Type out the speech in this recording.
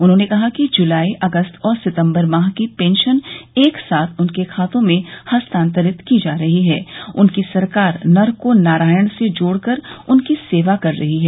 उन्होंने कहा कि जुलाई अगस्त और सितम्बर माह की पेंशन एक साथ उनके खातों में हस्तांतरित की जा रही है उनकी सरकार नर को नारायण से जोड़कर उनकी सेवा कर रही है